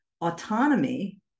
autonomy